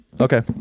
Okay